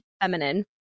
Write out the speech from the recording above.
feminine